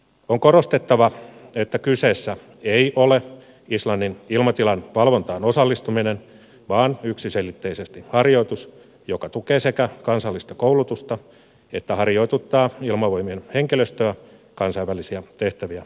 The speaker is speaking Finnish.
on korostettava että kyseessä ei ole islannin ilmatilan valvontaan osallistuminen vaan yksiselitteisesti harjoitus joka sekä tukee kansallista koulutusta että harjoituttaa ilmavoimien henkilöstöä kansainvälisiä tehtäviä varten